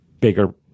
bigger